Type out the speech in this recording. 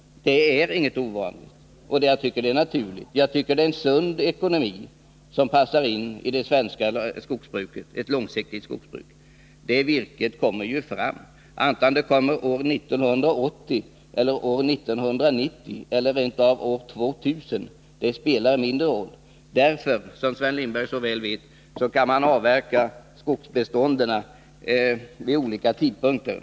Det är inget ovanligt. Jag tycker det är naturligt, jag tycker det är en sund ekonomi, som passar in i ett långsiktigt svenskt jordbruk. Det virket kommer ju fram, vare sig det kommer år 1980, år 1990 eller rent av år 2000 — det spelar mindre roll. Därför kan man, som Sven Lindberg så väl vet, avverka skogsbestånden vid olika tidpunkter.